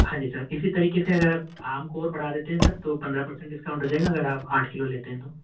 ہاں جی سر اِسی طریقے سے اگر آپ آم کو اور بڑھا دیتے ہیں سر تو پندرہ پرسینٹ ڈسکاؤنٹ ہو جائے گا اگر آپ آٹھ کلو لیتے ہیں تو